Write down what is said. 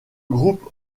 groupe